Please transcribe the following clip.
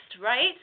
right